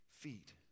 feet